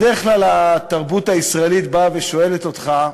בדרך כלל התרבות הישראלית באה ושואלת אותך: